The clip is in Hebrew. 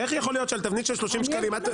איך יכול להיות שעל תבנית של 30 שקלים את --- סתם,